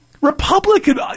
Republican